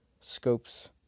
Scopes